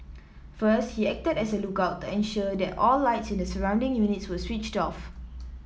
first he acted as a lookout to ensure that all lights in the surrounding units were switched off